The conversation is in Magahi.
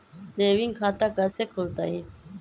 सेविंग खाता कैसे खुलतई?